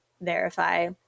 verify